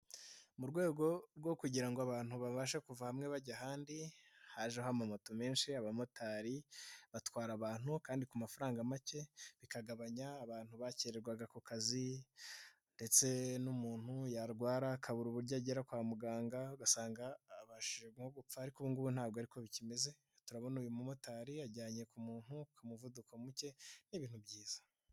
Mu rwego rwo kugira ngo abantu babashe kuva hamwe bajya ahandi, hajeho ama moto menshi abamotari, batwara abantu kandi ku mafaranga make, bikagabanya abantu bakererwaga ku kazi ndetse n'umuntu yarwara akabura uburyo agera kwa muganga, ugasanga abashije no gupfa ariko ubu ngubu ntago ariko bikimeze, turabona uyu mumotari yajyanye umuntu ku muvuduko muke, n'ibintu byiza.